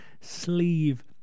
sleeve